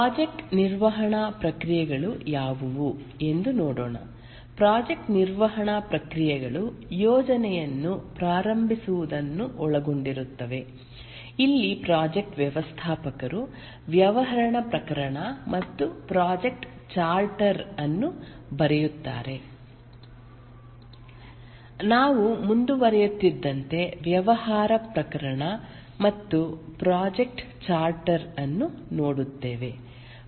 project ನಿರ್ವಹಣಾ ಪ್ರಕ್ರಿಯೆಗಳು ಯಾವುವು ಎಂದು ನೋಡೋಣ ಪ್ರಾಜೆಕ್ಟ್ ನಿರ್ವಹಣಾ ಪ್ರಕ್ರಿಯೆಗಳು ಯೋಜನೆಯನ್ನು ಪ್ರಾರಂಭಿಸುವುದನ್ನು ಒಳಗೊಂಡಿರುತ್ತವೆ ಇಲ್ಲಿ ಪ್ರಾಜೆಕ್ಟ್ ವ್ಯವಸ್ಥಾಪಕರು ವ್ಯವಹಾರ ಪ್ರಕರಣ ಮತ್ತು ಪ್ರಾಜೆಕ್ಟ್ ಚಾರ್ಟರ್ ಅನ್ನು ಬರೆಯುತ್ತಾರೆ ನಾವು ಮುಂದುವರಿಯುತ್ತಿದ್ದಂತೆ ವ್ಯವಹಾರ ಪ್ರಕರಣ ಮತ್ತು ಪ್ರಾಜೆಕ್ಟ್ ಚಾರ್ಟರ್ ಅನ್ನು ನೋಡುತ್ತೇವೆ